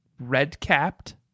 red-capped